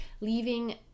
Leaving